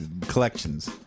collections